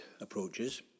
approaches